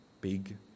big